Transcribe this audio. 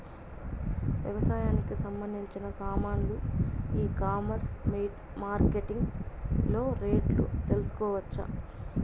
వ్యవసాయానికి సంబంధించిన సామాన్లు ఈ కామర్స్ మార్కెటింగ్ లో రేట్లు తెలుసుకోవచ్చా?